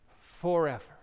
forever